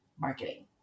marketing